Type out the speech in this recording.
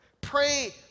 Pray